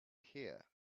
here